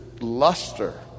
luster